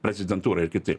prezidentūra ir kiti